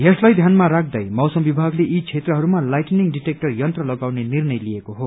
यसलाई ध्यानमा राख्दै मौसम विभागले यी क्षेत्रहरूमा लाइटनिंग डिटेक्टर यन्त्र लगाउने निर्णय लिएको हो